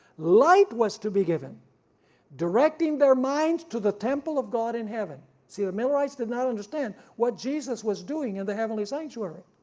light was to be given directing their minds to the temple of god in heaven. see the millerites did not understand what jesus was doing in and the heavenly sanctuary,